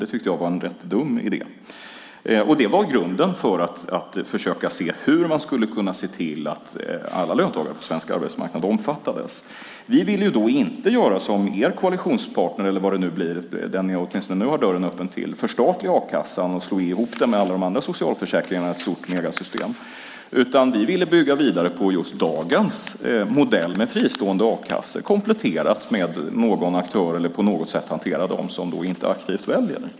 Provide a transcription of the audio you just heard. Det tyckte jag var en rätt dum idé, och det var grunden för att försöka se hur man skulle kunna se till att alla löntagare på den svenska arbetsmarknaden omfattades. Vi ville inte göra som er koalitionspartner, eller vad det nu blir, som ni åtminstone nu har dörren öppen till - förstatliga a-kassan och slå ihop den med alla de andra socialförsäkringarna i ett stort megasystem. Vi ville i stället bygga vidare på just dagens modell med fristående a-kassor, kompletterat med någon aktör eller på något sätt hantera dem som inte aktivt väljer.